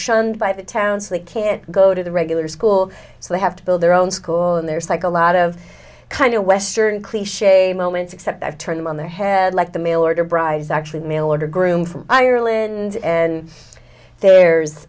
shunned by the town so they can't go to the regular school so they have to build their own school and there's like a lot of kind of western cliche moments except i've turned on their head like the mail order brides actually mail order groom from ireland and there's